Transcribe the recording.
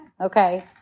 Okay